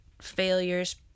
failures